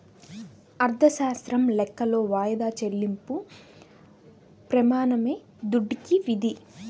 అర్ధశాస్త్రం లెక్కలో వాయిదా చెల్లింపు ప్రెమానమే దుడ్డుకి విధి